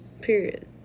period